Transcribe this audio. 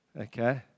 okay